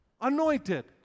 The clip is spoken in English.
anointed